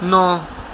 ਨੌ